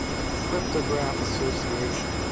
a cryptograph association.